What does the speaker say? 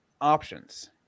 options